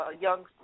young